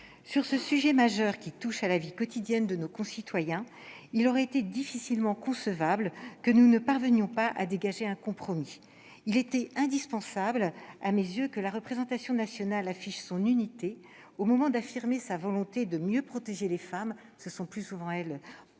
Sur ce sujet majeur, qui touche à la vie quotidienne de nos concitoyens, il aurait été difficilement concevable que nous ne parvenions pas à dégager un compromis. À mes yeux, il était indispensable que la représentation nationale affiche son unité au moment d'affirmer sa volonté de mieux protéger les femmes- ce sont le plus souvent elles